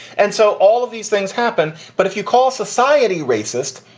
and so all of these things happen. but if you call society racist,